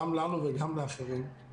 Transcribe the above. גם לנו וגם לאחרים,